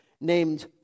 named